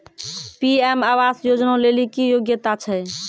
PM आवास योजना लेली की योग्यता छै?